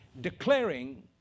declaring